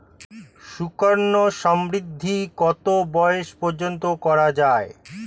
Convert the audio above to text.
সুকন্যা সমৃদ্ধী কত বয়স পর্যন্ত করা যায়?